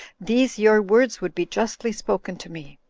these your words would be justly spoken to me